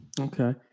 Okay